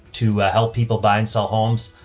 to help people buy and sell homes.